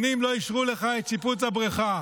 שנים לא אישרו לך את שיפוץ הבריכה.